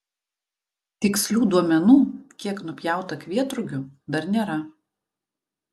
tikslių duomenų kiek nupjauta kvietrugių dar nėra